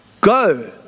Go